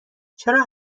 چرا